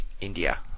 India